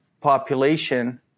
population